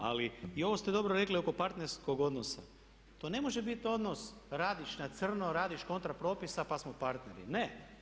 Ali i ovo ste dobro rekli oko parterskog odnosa, to ne može biti odnos radiš na crno, radiš kontra propisa pa smo partneri, ne.